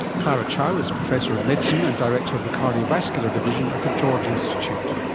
clara chow is professor of medicine and director of the cardiovascular division at the george institute.